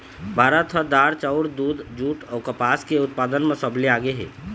भारत ह दार, चाउर, दूद, जूट अऊ कपास के उत्पादन म सबले आगे हे